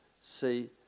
see